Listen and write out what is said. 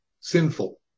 sinful